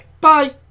Bye